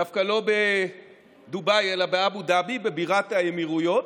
דווקא לא בדובאי אלא באבו דאבי, בבירת האמירויות,